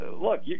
look